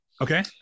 Okay